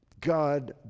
God